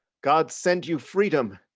god send you freedom,